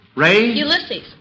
Ulysses